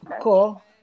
Cool